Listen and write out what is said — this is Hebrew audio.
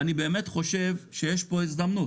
אני באמת חושב שיש פה הזדמנות.